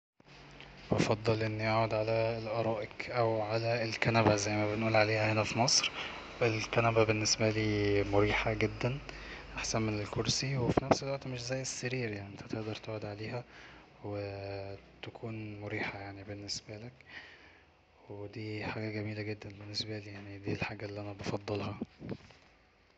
"هفضل اني اقعد على الأرائك أو على الكنبة زي ما بنقول عليها هنا في مصر الكنبة بالنسبالي مريحة جدا احسن من الكرسي وفي نفس الوقت مش زي السرير يعني انت تقدر تقعد عليها و تكون مريحة يعني بالنسبالك ودي يعني حاجة جميلة جدا بالنسبالي يعني دي الحاجة اللي انا بفضلها"